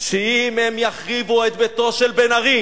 שאם הם יחריבו את ביתו של בן-ארי